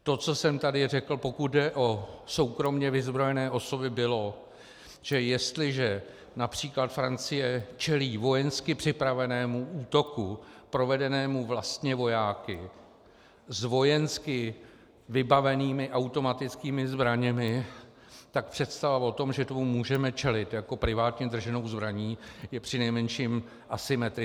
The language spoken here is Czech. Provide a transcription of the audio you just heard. To, co jsem tady řekl, pokud jde o soukromě vyzbrojené osoby, bylo, že jestliže například Francie čelí vojensky připravenému útoku provedenému vlastně vojáky s vojensky vybavenými automatickými zbraněmi, tak představa o tom, že tomu můžeme čelit privátně drženou zbraní, je přinejmenším asymetrická.